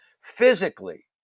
physically